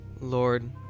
Lord